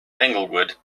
englewood